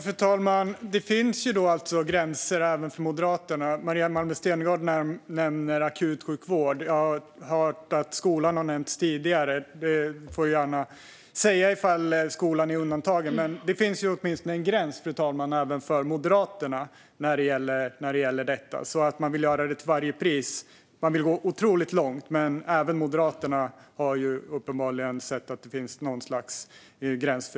Fru talman! Då finns det alltså gränser även för Moderaterna. Maria Malmer Stenergard nämner akutsjukvård, och jag har hört att skolan har nämnts tidigare. Maria Malmer Stenergard får gärna säga om skolan är undantagen. Men det finns då åtminstone en gräns, fru talman, även för Moderaterna när det gäller detta. Man vill alltså inte göra det här till varje pris, men man vill gå otroligt långt. Även Moderaterna har uppenbarligen sett att det finns något slags gräns.